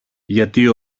γιατί